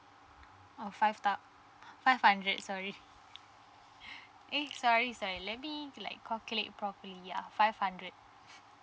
oh five thou~ five hundred sorry eh sorry sorry let me like calculate properly yeah five hundred